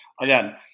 again